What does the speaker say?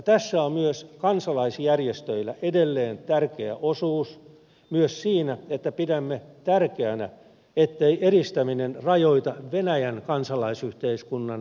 tässä on myös kansalaisjärjestöillä edelleen tärkeä osuus ja myös siinä että pidämme tärkeänä ettei eristäminen rajoita venäjän kansalaisyhteiskunnan toimintamahdollisuuksia